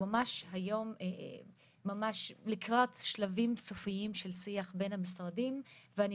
הוא ממש היום לקראת שלבים סופיים של שיח בין המשרדים ואני